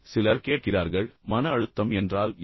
சிலர் கேட்கிறார்கள் மன அழுத்தம் என்றால் என்ன